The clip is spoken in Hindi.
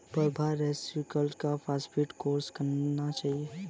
प्रभा सेरीकल्चर का सर्टिफिकेट कोर्स करना चाहती है